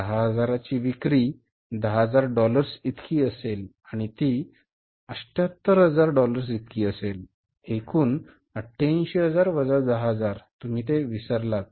10000 ची विक्री 10000 डॉलर्स इतकी असेल आणि ती 78000 डॉलर्स इतकी असेल एकूण 88000 वजा 10000 तुम्ही ते विसरलात